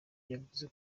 yavuze